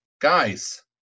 guys